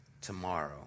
tomorrow